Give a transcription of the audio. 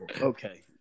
Okay